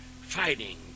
fighting